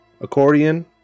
Accordion